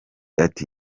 ati